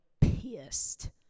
pissed